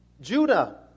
Judah